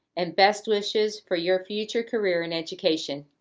and best wishes for your future career in education.